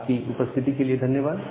आपकी उपस्थिति के लिए धन्यवाद